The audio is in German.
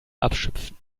abschöpfen